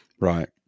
Right